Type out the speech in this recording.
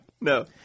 No